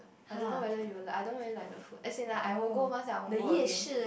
I don't know whether you will like I don't really like the food as in I will go once and I won't go again